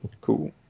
Cool